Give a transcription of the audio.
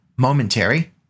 momentary